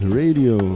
radio